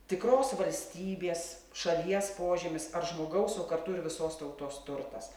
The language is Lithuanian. tikros valstybės šalies požymis ar žmogaus o kartu ir visos tautos turtas